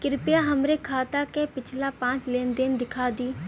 कृपया हमरे खाता क पिछला पांच लेन देन दिखा दी